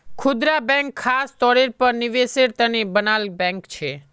खुदरा बैंक ख़ास तौरेर पर निवेसेर तने बनाल बैंक छे